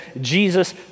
Jesus